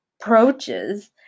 approaches